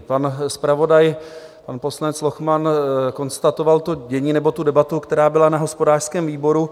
Pan zpravodaj, pan poslanec Lochman konstatoval dění nebo tu debatu, která byla na hospodářském výboru.